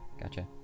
Gotcha